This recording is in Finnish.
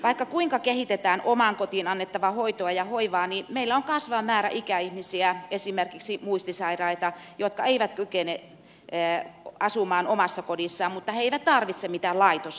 vaikka kuinka kehitetään omaan kotiin annettavaa hoitoa ja hoivaa meillä on kasvava määrä ikäihmisiä esimerkiksi muistisairaita jotka eivät kykene asumaan omassa kodissaan mutta eivät tarvitse mitään laitoshoitoa